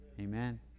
Amen